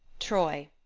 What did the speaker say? troy.